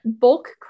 Bulk